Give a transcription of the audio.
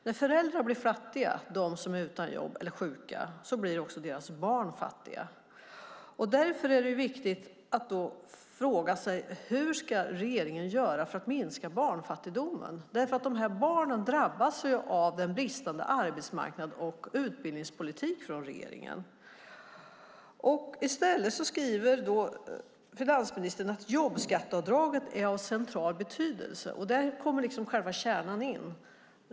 När föräldrar blir fattiga för att de är utan jobb eller sjuka blir också deras barn fattiga. Därför är det viktigt att fråga hur regeringen ska göra för att minska barnfattigdomen. Barnen drabbas ju av regeringens bristande arbetsmarknads och utbildningspolitik. Finansministern skriver att jobbskatteavdraget är av central betydelse. Det är själva kärnan.